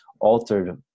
altered